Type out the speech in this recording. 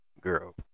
girl